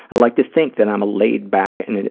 i like to think that i'm a laidback and,